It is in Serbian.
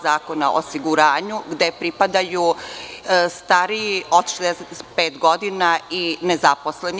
Zakona o osiguranju, gde pripadaju stariji od 65 godina i nezaposleni.